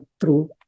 true